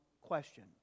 question